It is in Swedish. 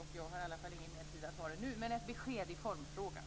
Jag har i alla fall inte mer tid för den nu, men jag vill ha ett besked i formfrågan.